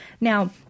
Now